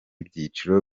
byiciro